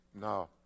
No